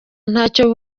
ntacyo